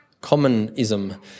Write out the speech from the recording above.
communism